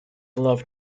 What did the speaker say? loved